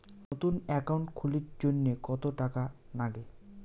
নতুন একাউন্ট খুলির জন্যে কত টাকা নাগে?